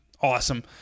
awesome